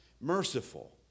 merciful